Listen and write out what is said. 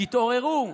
תתעוררו.